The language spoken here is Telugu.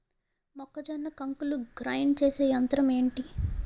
మొక్కజొన్న కంకులు గ్రైండ్ చేసే యంత్రం ఏంటి?